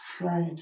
Right